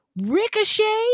Ricochet